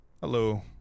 Hello